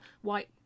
white